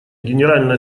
генеральная